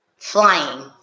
flying